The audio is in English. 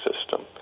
system